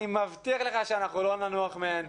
אני מבטיח לך שאנחנו לא ננוח מהן,